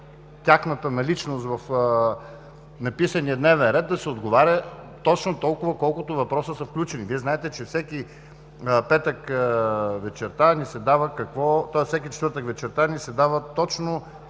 тяхната наличност в написания дневен ред, да се отговаря точно толкова, колкото въпроса са включени. Вие знаете, че всеки четвъртък вечерта ни се дава точно